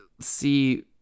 see